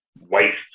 waste